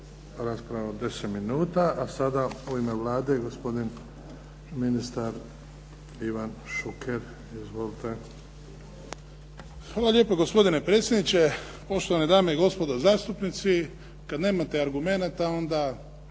raspravu od 10 minuta. A sada u ime Vlade, gospodin ministar Ivan Šuker. Izvolite. **Šuker, Ivan (HDZ)** Hvala lijepo gospodine predsjedniče, poštovane dame i gospodo zastupnici. Kad nemate argumenata onda